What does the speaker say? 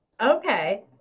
Okay